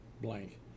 blank